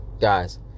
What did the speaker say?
guys